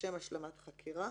לשם השלמת חקירה,